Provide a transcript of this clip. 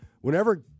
whenever